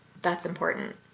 that's important.